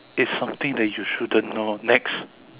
it's something that you shouldn't know next